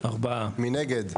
מי נגד?